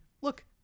look